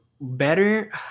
better